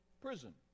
prison